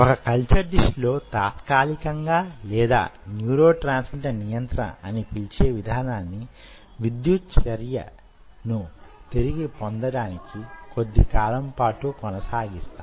ఒక culture dish లో తాత్కాలికంగా లేదా న్యూరోట్రాన్స్మిటర్ నియంత్రణ అని పిలిచే విధానాన్ని విద్యుత్ చర్యను తిరిగి పొందడానికి కొద్ది కాలం పాటు కొనసాగిస్తాం